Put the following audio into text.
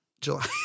July